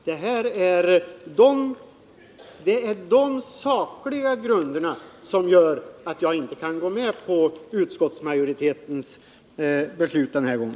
Detta är de sakliga grunder som gör att jag inte kan gå med på utskottsmajoritetens förslag den här gången.